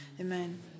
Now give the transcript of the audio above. Amen